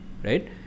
Right